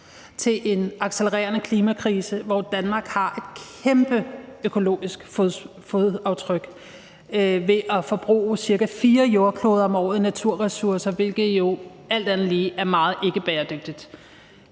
i en accelererende klimakrise, hvor Danmark har et kæmpe økologisk fodaftryk, der svarer til at forbruge cirka fire jordkloder om året i naturressourcer, hvilket jo alt andet lige er meget ikke bæredygtigt.